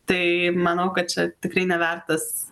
tai manau kad čia tikrai nevertas